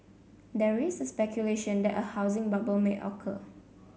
there is a speculation that a housing bubble may occur